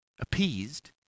appeased